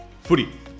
Footy